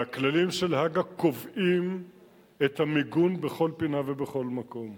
והכללים של הג"א קובעים את המיגון בכל פינה ובכל מקום.